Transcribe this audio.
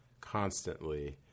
constantly